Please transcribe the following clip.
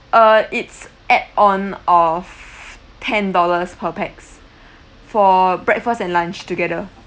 uh it's add on of ten dollars per pax for breakfast and lunch together